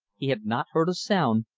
he had not heard a sound,